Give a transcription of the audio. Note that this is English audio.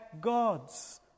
God's